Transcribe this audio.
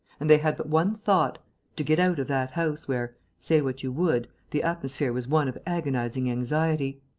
and they had but one thought to get out of that house where, say what you would, the atmosphere was one of agonizing anxiety.